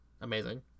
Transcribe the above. Amazing